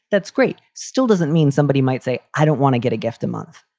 that's great. still doesn't mean somebody might say, i don't want to get a gift a month.